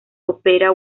opera